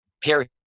period